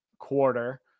quarter